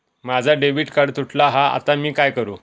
माझा debit card तुटला हा आता मी काय करू?